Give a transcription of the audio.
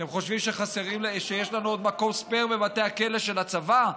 אתם חושבים שיש לנו עוד מקום ספייר בבתי הכלא של הצבא?